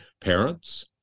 parents